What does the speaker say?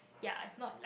ya it's not like